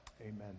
amen